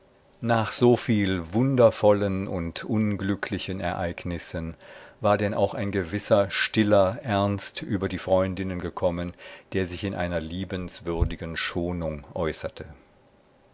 nach so viel wundervollen und unglücklichen ereignissen war denn auch ein gewisser stiller ernst über die freundinnen gekommen der sich in einer liebenswürdigen schonung äußerte